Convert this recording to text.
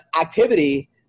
activity